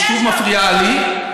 היא שוב מפריעה לי.